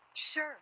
Sure